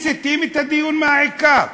מסיטים את הדיון מהעיקר.